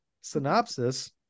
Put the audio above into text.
synopsis